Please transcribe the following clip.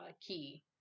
key